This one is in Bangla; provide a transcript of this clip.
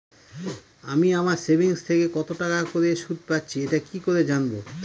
আমি আমার সেভিংস থেকে কতটাকা করে সুদ পাচ্ছি এটা কি করে জানব?